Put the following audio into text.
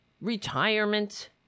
retirement